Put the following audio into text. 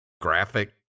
graphic